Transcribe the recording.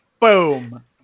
Boom